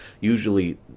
usually